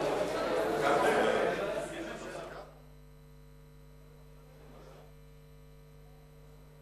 (הישיבה נפסקה בשעה 11:14